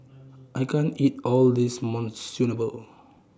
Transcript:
I can't eat All of This Monsunabe